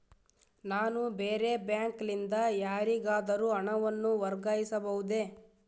ನಾನು ಬೇರೆ ಬ್ಯಾಂಕ್ ಲಿಂದ ಯಾರಿಗಾದರೂ ಹಣವನ್ನು ವರ್ಗಾಯಿಸಬಹುದೇ?